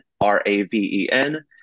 R-A-V-E-N